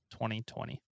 2020